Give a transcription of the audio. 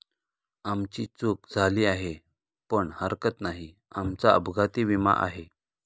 आमची चूक झाली आहे पण हरकत नाही, आमचा अपघाती विमा आहे